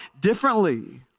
differently